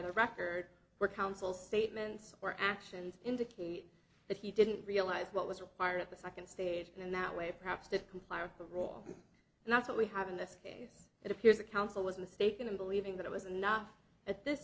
the record for counsel statements or actions indicate that he didn't realize what was required at the second stage and in that way perhaps to comply or the role and that's what we have in this case it appears the counsel was mistaken in believing that it was enough at this